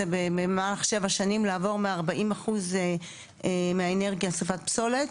במהלך שבע שנים לעבור מ-40 אחוז מהאנרגיה שריפת פסולת,